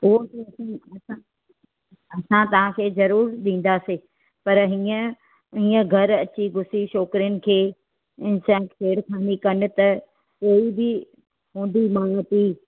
ओ पोइ असीं असां असां तव्हांखे जरूर ॾींदासीं पर हीअं हीअं घर अची घुसी छोकरियुनि खे छेड़खानी कनि त कोई बि हुनजो माउ पीउ